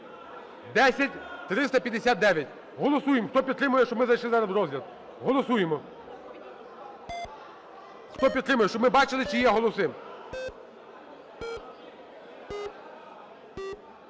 розгляд. Голосуємо. Хто підтримує? Щоб ми бачили, чи є голоси.